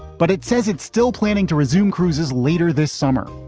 but it says it's still planning to resume cruises later this summer.